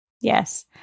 Yes